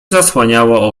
zasłaniało